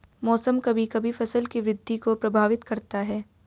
मौसम कभी कभी फसल की वृद्धि को प्रभावित करता है